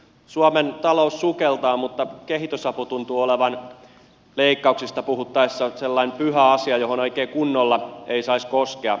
suomen talous sukeltaa mutta kehitysapu tuntuu olevan leikkauksista puhuttaessa sellainen pyhä asia johon oikein kunnolla ei saisi koskea